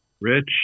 rich